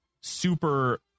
super